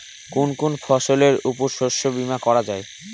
কোন কোন ফসলের উপর শস্য বীমা করা যায়?